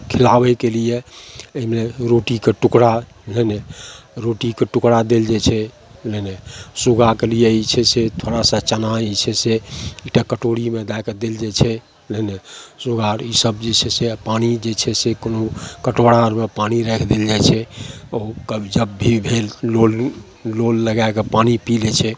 खिलाबैके लिए एहिमे रोटीके टुकड़ा मने रोटीके टुकड़ा देल जाए छै मने सुग्गाके लिए जे छै से थोड़ा सा चना जे छै से एकटा कटोरीमे दैके देल जाए छै मने सुबह ईसब जे छै से आओर पानि जे छै से कोनो कटोरा आओरमे पानि राखि देल जाए छै ओ कब जब भी भेल लोल लोल लगैके पानि पी लै छै